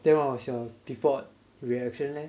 then what was your default reaction leh